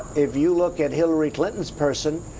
if you look at hillary clinton's person,